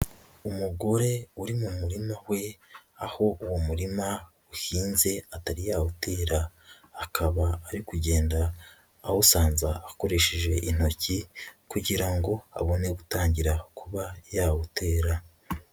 Umugore uri mu murima we, aho uwo murima uhinze atari yawutera, akaba ari kugenda awusanza akoresheje intoki kugira ngo abone gutangira kuba yawutera.